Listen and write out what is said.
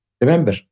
remember